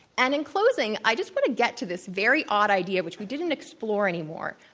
and in closing, i just want to get to this very odd idea which we didn't explore any more,